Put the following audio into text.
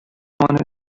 برگردی